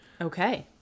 Okay